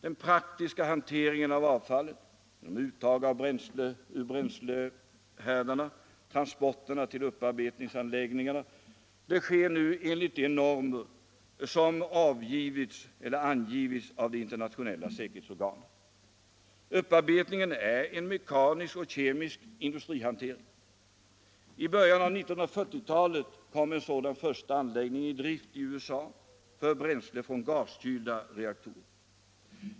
Den praktiska hanteringen av avfallet — uttag ur bränslehärdarna, transporterna till upparbetningsanläggningarna — sker nu enligt de normer som angivits av de internationella säkerhetsorganen. Upparbetningen är en mekanisk och kemisk industrihantering. Under 1940-talet kom en sådan första anläggning i drift i USA för bränsle från militära reaktorer.